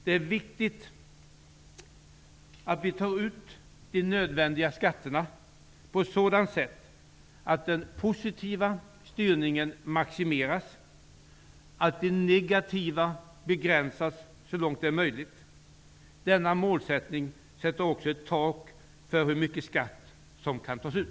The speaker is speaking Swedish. Det är viktigt att vi tar ut de nödvändiga skatterna på ett sådant sätt att de positiva styrningarna maximeras och de negativa begränsas så långt det är möjligt. Denna målsättning sätter också ett tak för hur mycket skatt som kan tas ut.